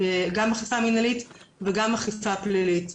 גם אכיפה מנהלית וגם אכיפה פלילית.